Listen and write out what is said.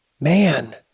man